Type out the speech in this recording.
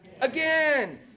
Again